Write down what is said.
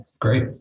great